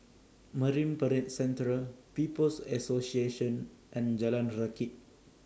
Marine Parade Central People's Association and Jalan Rakit